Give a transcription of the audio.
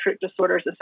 Disorders